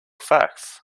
facts